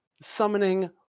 summoning